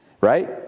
right